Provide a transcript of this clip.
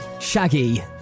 Shaggy